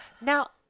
Now